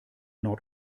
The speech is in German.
nord